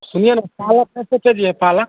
सुनिए न पालक कैसे चलिए पालक